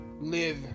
live